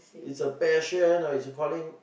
it's a passion or it's a calling